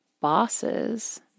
bosses